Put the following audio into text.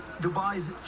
Dubai's